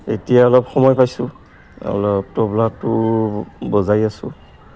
এতিয়া অলপ সময় পাইছোঁ অলপ তবলাটো বজাই আছোঁ